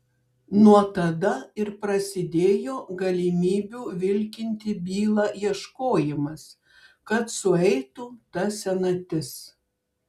nuo tada ir prasidėjo galimybių vilkinti bylą ieškojimas kad sueitų ta senatis